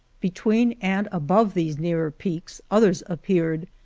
between and above these nearer peaks others appeared,